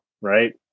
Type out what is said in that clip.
right